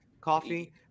coffee